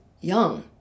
young